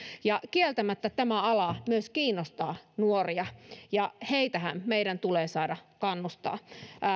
kieltämättä tämä ala myös kiinnostaa nuoria ja heitähän meidän tulee saada kannustaa